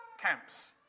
camps